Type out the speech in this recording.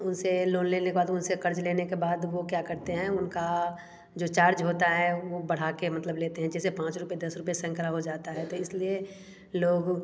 उनसे लोन लेने के बाद उनसे कर्ज लेने के बाद वो क्या करते हैं उनका जो चार्ज होता है वो बढ़ा के मतलब लेते हैं जैसे पाँच रूपए दस रूपए सैंकड़ा हो जाता है तो इसलिए लोग